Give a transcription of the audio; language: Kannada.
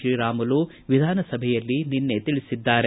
ಶ್ರೀರಾಮುಲು ವಿಧಾನಸಭೆಯಲ್ಲಿ ನಿನ್ನೆ ತಿಳಿಸಿದ್ದಾರೆ